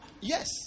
Yes